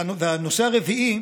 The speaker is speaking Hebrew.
והנושא הרביעי,